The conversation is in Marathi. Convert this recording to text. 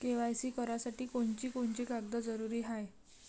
के.वाय.सी करासाठी कोनची कोनची कागद जरुरी हाय?